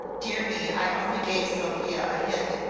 dear me, i only gave sophia a hint,